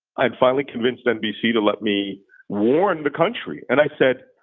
i'd finally convinced nbc to let me warn the country, and i said,